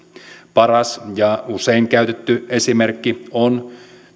paras ja usein käytetty esimerkki on